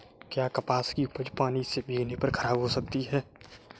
क्या कपास की उपज पानी से भीगने पर खराब हो सकती है?